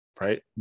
right